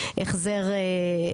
בתור חבר כנסת נמרץ ורציני בעיניי,